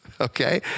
Okay